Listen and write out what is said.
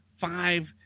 five